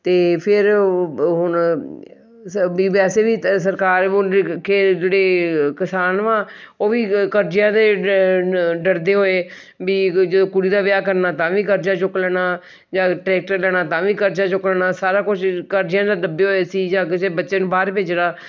ਅਤੇ ਫਿਰ ਉਹ ਬ ਹੁਣ ਵੀ ਸ ਵੈਸੇ ਵੀ ਸਰਕਾਰ ਜਿਹੜੇ ਕਿਸਾਨ ਵਾ ਉਹ ਵੀ ਕ ਕਰਜਿਆਂ ਦੇ ਡਰਦੇ ਹੋਏ ਵੀ ਜਦ ਕੋਈ ਕੁੜੀ ਦਾ ਵਿਆਹ ਕਰਨਾ ਤਾਂ ਵੀ ਕਰਜਾ ਚੁੱਕ ਲੈਣਾ ਜਾਂ ਟਰੈਕਟਰ ਲੈਣਾ ਤਾਂ ਵੀ ਕਰਜਾ ਚੁੱਕਣਾ ਸਾਰਾ ਕੁਝ ਕਰਜਿਆਂ ਦਾ ਦੱਬੇ ਹੋਏ ਸੀ ਜਾ ਕਿਸੇ ਬੱਚੇ ਨੂੰ ਬਾਹਰ ਭੇਜਣਾ